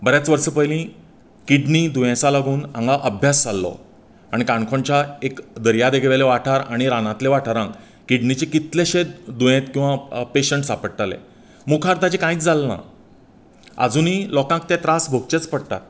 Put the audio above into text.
बऱ्याच वर्सां पयली किडनी दुयेंसा लागून हांगा अभ्यास जाल्लो आनी काणकोणच्या एक दर्यादेगे वयलें वाठार आनी रानांतलें वाठारान किडनीचे कितलेशेंच दुयेंत किंवा पेशंट सापडटालें मुखार ताजे कांयच जालें ना आजुनय लोकांक तें त्रास भोगचेच पडटा